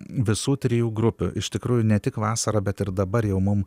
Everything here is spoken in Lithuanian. visų trijų grupių iš tikrųjų ne tik vasarą bet ir dabar jau mum